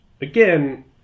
again